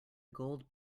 gold